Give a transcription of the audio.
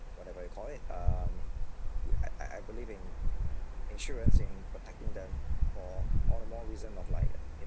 whatever you call it um I I I believe in insurance in protecting them for all the more reason of like